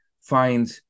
find